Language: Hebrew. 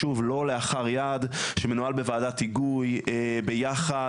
שוב לא לאחר יד שמנוהל בוועדת היגוי ביחד